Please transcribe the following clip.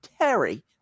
Terry